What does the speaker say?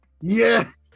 yes